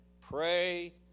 Pray